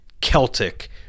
Celtic